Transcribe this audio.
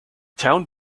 town